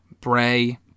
Bray